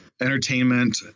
entertainment